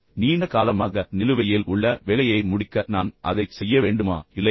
நீண்ட காலமாக நிலுவையில் உள்ள வேலையை முடிக்க நான் அதைச் செய்ய வேண்டுமா இல்லையா